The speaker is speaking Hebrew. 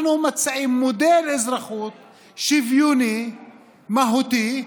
אנחנו מציעים מודל אזרחות שוויוני, מהותי,